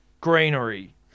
Greenery